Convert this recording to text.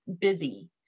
busy